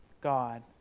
God